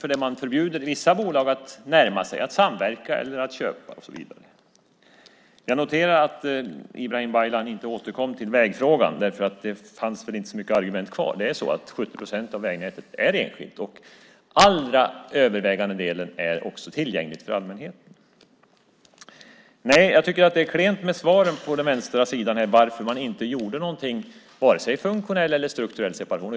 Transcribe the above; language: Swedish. Vissa bolag förbjuder man att närma sig, att samverka eller att köpa och så vidare. Jag noterar att Ibrahim Baylan inte återkom till vägfrågan. Det fanns väl inte så många argument kvar. Det är faktiskt så att 70 procent av vägnätet är enskilt. Den övervägande delen av det är tillgänglig för allmänheten. Nej, jag tycker att det är klent med svaren på den vänstra sidan på varför man inte gjorde någonting, varken en funktionell eller en strukturell separation.